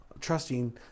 trusting